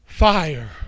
Fire